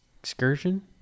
excursion